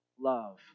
love